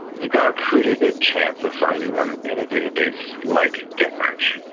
you've got a pretty good chance of finding them in a database like gedmatch.